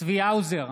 צבי האוזר,